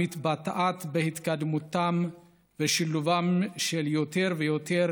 המתבטאת בהתקדמותם ושילובם של יותר ויותר